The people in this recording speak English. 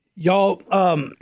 Y'all